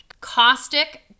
caustic